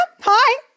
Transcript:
Hi